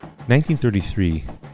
1933